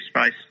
space